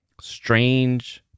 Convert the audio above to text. strange